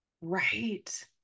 Right